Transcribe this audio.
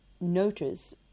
notice